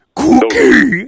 cookie